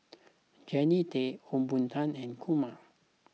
Jannie Tay Ong Boon Tat and Kumar